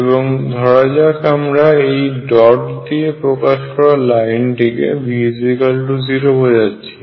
এবং ধরা যাক আমরা এই ডট দিয়ে প্রকাশকরা সরলরেখাটিকে V0 বোঝাচ্ছি